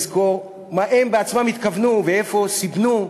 לזכור מה הם בעצמם התכוונו ואיפה סיבנו.